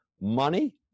money